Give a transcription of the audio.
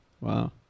wow